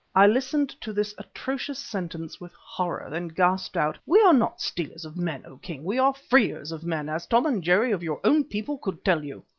i listened to this atrocious sentence with horror, then gasped out we are not stealers of men, o king, we are freers of men, as tom and jerry of your own people could tell you.